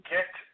Get